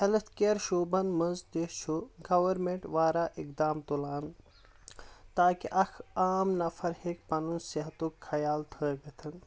health care شوبَن منٛز تہِ چھُ گورمینٹ وارا اقدام تُلان تاکہ اکھ عام نفر ہیکہِ پنُن صحتُک خیال تھٲوِتھ